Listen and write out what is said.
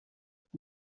upp